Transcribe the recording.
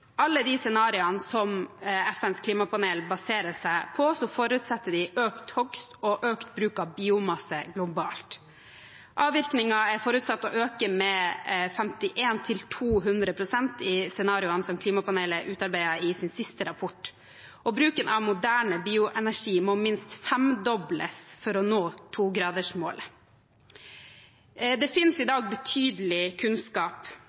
alle de scenarioene som FNs klimapanel baserer seg på, forutsetter de økt hogst og økt bruk av biomasse globalt. Avvirkningen er forutsatt å øke med 51–200 pst. i scenarioene som klimapanelet utarbeidet i sin siste rapport, og bruken av moderne bioenergi må minst femdobles for å nå togradersmålet. Det finnes i dag betydelig kunnskap,